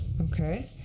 Okay